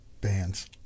bands